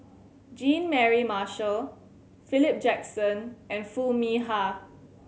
Jean Mary Marshall Philip Jackson and Foo Mee Har